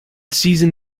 seizing